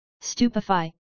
Stupefy